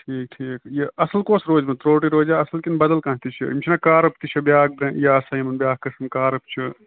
ٹھیٖک ٹھیٖک یہِ اَصٕل کۄس روزٕ ونۍ ترٛوٹے روزیا اَصٕل کِنہٕ بَدل کانٛہہ تہِ چھِ یہ چھ نا کارک تہِ چھِ بیاکھ آسان یِمن بیاکھ قٕسم کارک چھِ